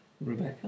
Rebecca